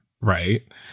right